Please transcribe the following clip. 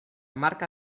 marca